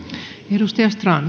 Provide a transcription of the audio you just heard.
arvoisa